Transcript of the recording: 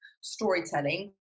storytelling